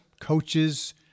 coaches